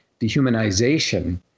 dehumanization